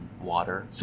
water